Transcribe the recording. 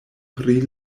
pri